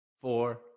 four